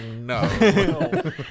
No